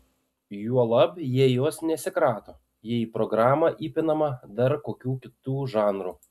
juolab jie jos nesikrato jei į programą įpinama dar kokių kitų žanrų